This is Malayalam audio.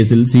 കേസിൽ സി